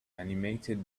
animated